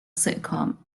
sitcom